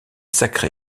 sacré